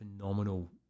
phenomenal